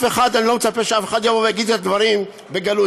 אני לא מצפה מאף אחד שיגיד את הדברים בגלוי,